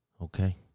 Okay